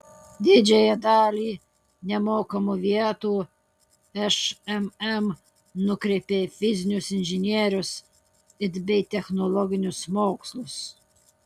didžiąją dalį nemokamų vietų šmm nukreipė į fizinius inžinerinius it bei technologinius mokslus